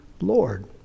Lord